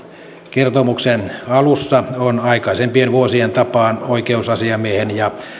kertomuksen alussa on aikaisempien vuosien tapaan oikeusasiamiehen ja